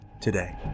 today